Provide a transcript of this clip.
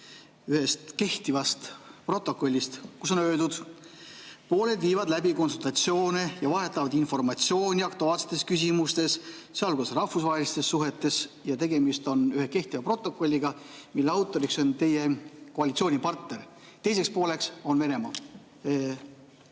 ühest kehtivast protokollist, kus on öeldud: pooled viivad läbi konsultatsioone ja vahetavad informatsiooni aktuaalsetes küsimustes, sealhulgas rahvusvahelistes suhetes. Tegemist on ühe kehtiva protokolliga, mille autor on teie koalitsioonipartner. Teiseks pooleks on Venemaa